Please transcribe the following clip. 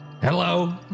hello